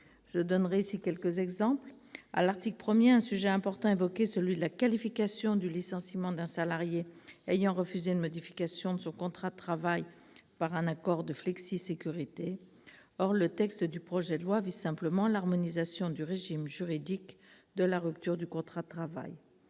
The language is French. trouve faussé. Par exemple, à l'article 1, un sujet important est évoqué, celui de la qualification du licenciement d'un salarié ayant refusé une modification de son contrat de travail par un accord de flexisécurité. Le texte du projet de loi vise simplement « l'harmonisation du régime juridique de la rupture du contrat de travail